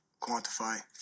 quantify